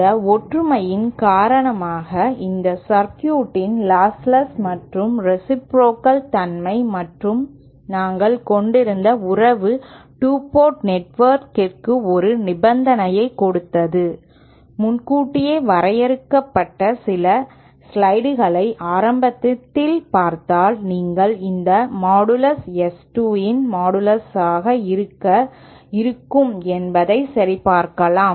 இந்த ஒற்றுமையின் காரணமாக இந்த சர்க்யூட்இன் லாஸ்ட்லெஸ் மற்றும் ரேசிப்ரோகல் தன்மை மற்றும் நாங்கள் கொண்டிருந்த உறவு 2 போர்ட் நெட்வொர்க்கிற்கு ஒரு நிபந்தனையை கொடுத்தது முன்கூட்டியே வரையறுக்கப்பட்ட சில ஸ்லைடுகளை ஆரம்பத்தில் பார்த்தால் நீங்கள் இந்த மாடுலஸ் S2 இன் மாடுலஸாக இருக்கும் என்பதை சரிபார்க்கலாம்